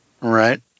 Right